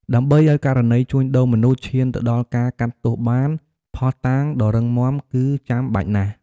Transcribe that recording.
ដើម្បីឱ្យករណីជួញដូរមនុស្សឈានទៅដល់ការកាត់ទោសបាន ភស្តុតាងដ៏រឹងមាំគឺចាំបាច់ណាស់។